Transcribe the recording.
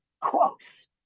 close